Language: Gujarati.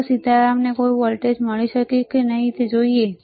તો ચાલો જોઈએ કે સીતારામને કોઈ વોલ્ટેજ મળી શકે છે કે નહીં બરાબર ચાલો જોઈએ